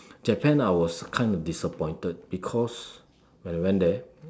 Japan I was kind of disappointed because when I went there